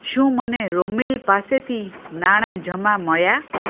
શું મને રોમિલ પાસેથી નાણાં જમા મળ્યાં